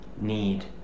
need